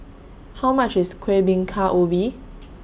How much IS Kuih Bingka Ubi